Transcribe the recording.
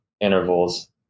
intervals